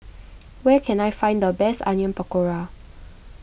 where can I find the best Onion Pakora